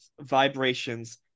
vibrations